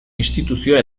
instituzioa